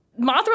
Mothra